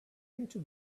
into